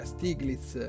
Stiglitz